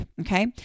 Okay